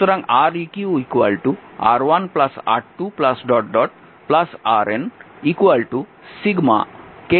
সুতরাং Req R1 R2 RN Rk